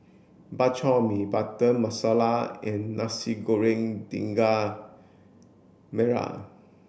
Bak Chor Mee Butter Masala and Nasi Goreng Daging Merah